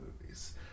movies